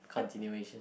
continuation